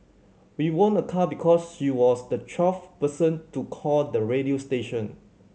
we won a car because she was the twelfth person to call the radio station